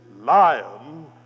lion